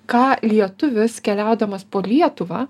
ką lietuvis keliaudamas po lietuvą